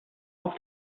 auf